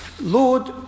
Lord